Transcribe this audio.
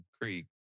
Creek